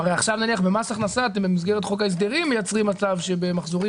הרי במס הכנסה אתם במסגרת חוק ההסדרים מייצרים מצב שבמחזורים